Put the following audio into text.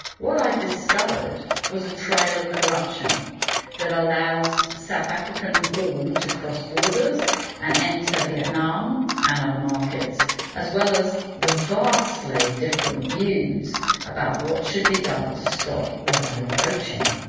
what i discovered was a trail of corruption that allows south african horn to cross borders and enter vietnam and other markets as well as the vastly different views about what should be done to stop rhino poaching.